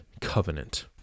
covenant